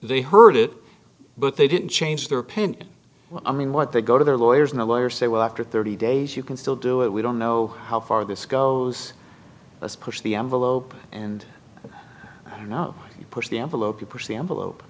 they heard it but they didn't change their opinion i mean what they go to their lawyers and lawyers say well after thirty days you can still do it we don't know how far this goes let's push the envelope and you know push the envelope you push the envelope